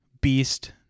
beast